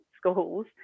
schools